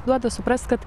duoda suprast kad